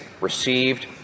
received